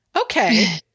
okay